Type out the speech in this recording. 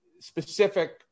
specific